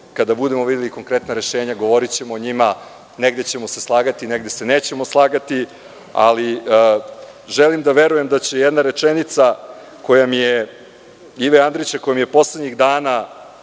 Kada budemo videli konkretna rešenja, govorićemo o njima. Negde ćemo se slagati, negde se nećemo slagati, ali želim da verujem da će jedna rečenica Ive Andrića, koja mi je poslednjih dana